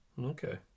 Okay